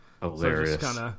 Hilarious